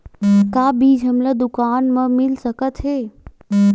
का बीज हमला दुकान म मिल सकत हे?